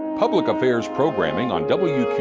public affairs programming, on